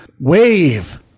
wave